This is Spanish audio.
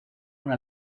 una